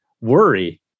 worry